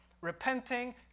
repenting